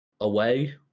away